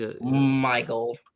Michael